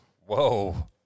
Whoa